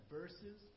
verses